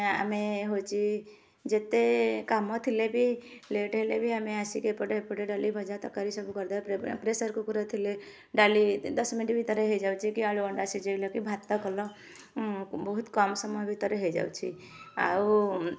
ଆମେ ହଉଛି ଯେତେ କାମ ଥିଲେ ବି ଲେଟ ହେଲେ ବି ଆମେ ଆସିକି ଏପଟେ ଏପଟେ ଡ଼ାଲି ଭଜା ତରକାରୀ ସବୁ କରିଦବା ପ୍ରେସରକୁକର ଥିଲେ ଡାଲି ଦଶ ମିନିଟ୍ ଭିତରେ ହେଇଯାଉଛି କି ଆଳୁ ଅଣ୍ଡା ସିଜେଇଲ କି ଭାତ କଲ ବହୁତ କମ୍ ସମୟ ଭିତରେ ହେଇଯାଉଛି ଆଉ